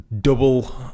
double